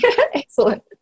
Excellent